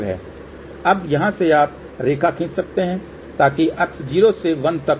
अब यहां से आप रेखा खींच सकते हैं ताकि अक्ष 0 से 1 तक हो